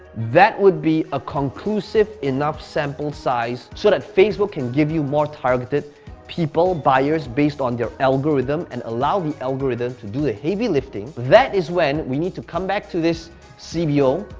that would be a conclusive enough sample size so that facebook can give you more targeted people, buyers based on their algorithm and allow the algorithm to the heavy lifting. that is when we need to come back to this c b o,